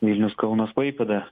vilnius kaunas klaipėda